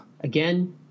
Again